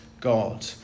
God